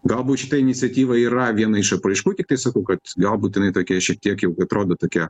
galbūt šita iniciatyva yra viena iš apraiškų tiktai sakau kad galbūt jinai tokia šitiek jau atrodo tokia